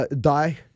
die